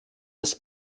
des